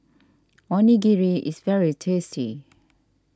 Onigiri is very tasty